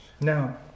Now